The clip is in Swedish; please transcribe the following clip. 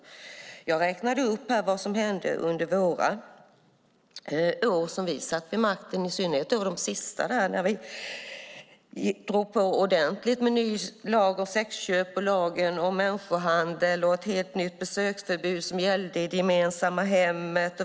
Jag räknade upp vad som hände under våra år vid makten, i synnerhet de sista åren när vi gick på ordentligt med ny lag om sexköp, lagen om människohandel och ett helt nytt besöksförbud som gällde i det gemensamma hemmet.